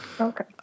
Okay